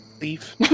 leave